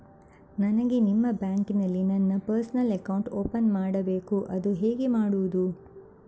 ನನಗೆ ನಿಮ್ಮ ಬ್ಯಾಂಕಿನಲ್ಲಿ ನನ್ನ ಪರ್ಸನಲ್ ಅಕೌಂಟ್ ಓಪನ್ ಮಾಡಬೇಕು ಅದು ಹೇಗೆ ಮಾಡುವುದು?